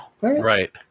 Right